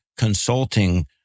Consulting